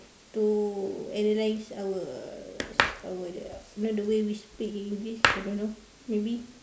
to analyse our our you know the way we speak in English I don't know maybe